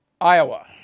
Iowa